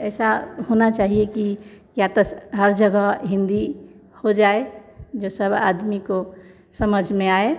ऐसा होना चाहिए कि या तो हर जगह हिन्दी हो जाए जो सब आदमी को समझ में आए